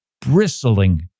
bristling